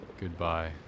goodbye